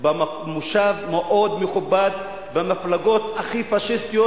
במושב מאוד מכובד במפלגות הכי פאשיסטיות